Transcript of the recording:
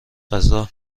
غذا